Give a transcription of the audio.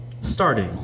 starting